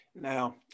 Now